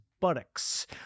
buttocks